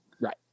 Right